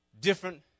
different